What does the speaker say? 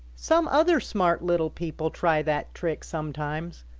some other smart little people try that trick sometimes,